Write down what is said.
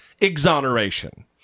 exoneration